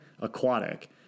aquatic